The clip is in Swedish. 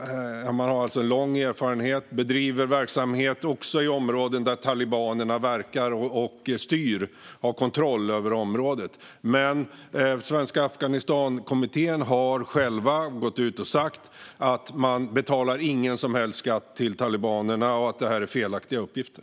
Man har alltså lång erfarenhet och bedriver verksamhet också i områden där talibanerna verkar, styr och har kontroll över området. Svenska Afghanistankommittén har själva gått ut och sagt att man betalar ingen som helst skatt till talibanerna och att det här är felaktiga uppgifter.